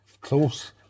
Close